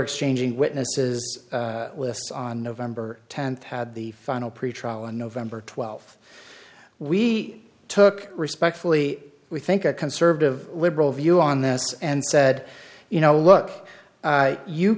exchanging witnesses with us on november tenth had the final pretrial on november twelfth we took respectfully we think a conservative liberal view on this and said you know look you